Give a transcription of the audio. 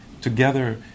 together